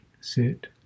sit